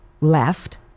left